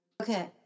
Okay